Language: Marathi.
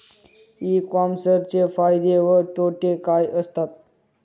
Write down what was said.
ई कॉमर्सचे फायदे व तोटे काय असतात?